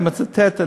אני מצטט,